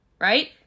right